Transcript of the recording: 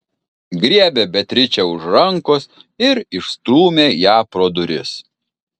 griebė beatričę už rankos ir išstūmė ją pro duris